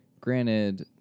Granted